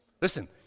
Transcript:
Listen